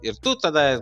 ir tu tada